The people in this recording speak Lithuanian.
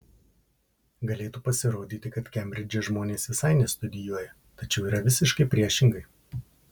galėtų pasirodyti kad kembridže žmonės visai nestudijuoja tačiau yra visiškai priešingai